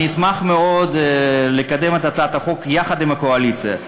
אני אשמח מאוד לקדם את הצעת החוק יחד עם הקואליציה.